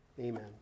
Amen